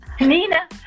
Nina